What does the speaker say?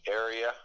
area